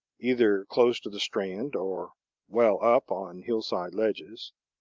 either close to the strand or well up on hillside ledges,